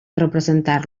representar